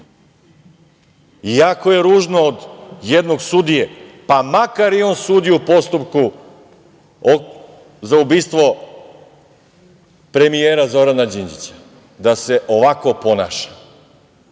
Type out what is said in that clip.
Jako je ružno od jednog sudije, pa makar i on sudio u postupku za ubistvo premijera Zorana Đinđića, da se ovako ponaša. Ili